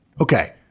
Okay